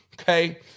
okay